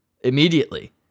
immediately